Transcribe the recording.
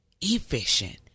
efficient